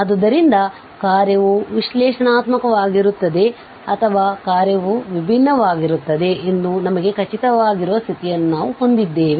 ಆದ್ದರಿಂದ ಕಾರ್ಯವು ವಿಶ್ಲೇಷಣಾತ್ಮಕವಾಗಿರುತ್ತದೆ ಅಥವಾ ಕಾರ್ಯವು ವಿಭಿನ್ನವಾಗಿರುತ್ತದೆ ಎಂದು ನಮಗೆ ಖಚಿತವಾಗಿರುವ ಸ್ಥಿತಿಯನ್ನು ನಾವು ಹೊಂದಿದ್ದೇವೆ